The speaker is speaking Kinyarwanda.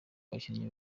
bakinnyi